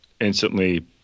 instantly